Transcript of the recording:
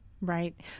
Right